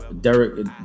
Derek